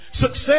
success